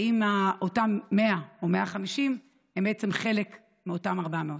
האם אותם 100 או 150 הם בעצם חלק מאותם 400?